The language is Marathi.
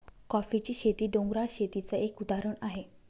कॉफीची शेती, डोंगराळ शेतीच एक उदाहरण आहे